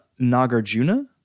Nagarjuna